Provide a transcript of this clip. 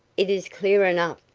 it is clear enough,